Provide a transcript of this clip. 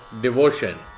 devotion